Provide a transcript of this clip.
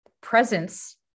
presence